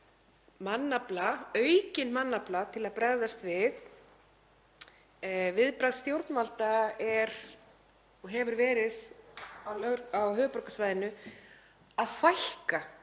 mannafla, aukinn mannafla til að bregðast við. Viðbragð stjórnvalda er og hefur verið á höfuðborgarsvæðinu að fækka